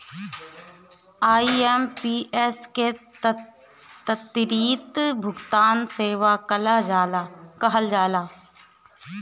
IMPS के त्वरित भुगतान सेवा कहल जाला